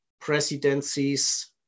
presidencies